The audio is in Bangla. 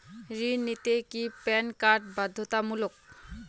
ঋণ নিতে কি প্যান কার্ড বাধ্যতামূলক?